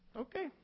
okay